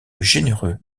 généreux